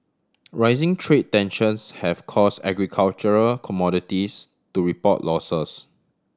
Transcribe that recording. rising trade tensions have cause agricultural commodities to report losses